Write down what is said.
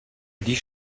die